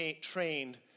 trained